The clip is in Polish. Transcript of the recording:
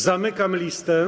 Zamykam listę.